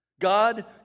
God